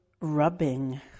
rubbing